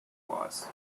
was